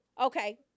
Okay